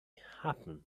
happen